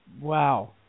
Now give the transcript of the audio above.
Wow